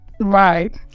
right